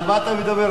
על מה אתה מדבר?